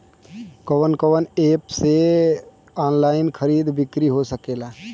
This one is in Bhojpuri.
कवन कवन एप से ऑनलाइन खरीद बिक्री हो सकेला?